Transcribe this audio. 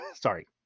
sorry